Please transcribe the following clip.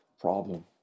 problem